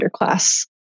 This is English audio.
underclass